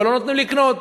אבל לא נותנים לקנות.